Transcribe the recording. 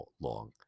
long